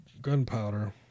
gunpowder